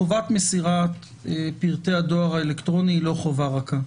חובת מסירת פרטי הדואר האלקטרוני היא לא חובה רכה,